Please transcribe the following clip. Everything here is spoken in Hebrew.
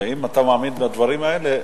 אם אתה מאמין בדברים האלה,